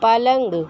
پلنگ